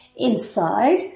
inside